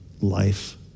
life